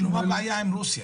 הבעיה עם רוסיה?